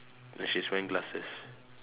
and she's wearing glasses